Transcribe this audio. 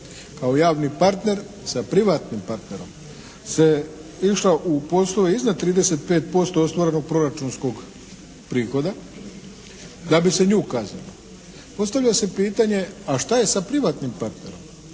kao javni partner sa privatnim partnerom se išlo u posao iznad 35% ostvarenog proračunskog prihoda da bi se nju ukazalo. Postavlja se pitanje a šta je sa privatnim partnerom?